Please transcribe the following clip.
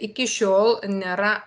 iki šiol nėra